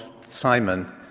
Simon